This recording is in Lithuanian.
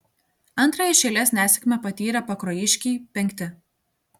antrąją iš eilės nesėkmę patyrę pakruojiškiai penkti